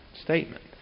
statement